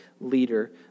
leader